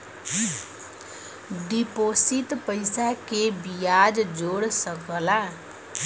deposit पइसा के बियाज जोड़ सकला